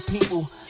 people